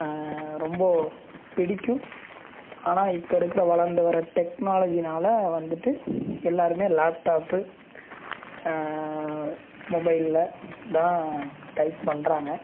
ரொம்ப பிடிக்கும் ஆனால் இப்போருக்குற வளர்ந்து வர டெக்னாலஜினால் வந்துட்டு எல்லோருமே லேப்டாப்பு மொபைலில் தான் டைப் பண்றாங்க